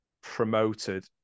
promoted